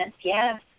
yes